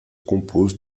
compose